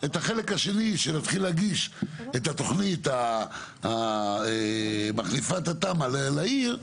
את החלק השני של להתחיל להגיש את התוכנית מחליפת התמ"א לעיר,